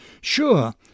Sure